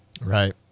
Right